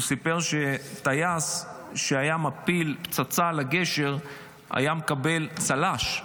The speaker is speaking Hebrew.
הוא סיפר שטייס שהיה מפיל פצצה על הגשר היה מקבל צל"ש.